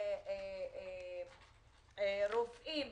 הרופאים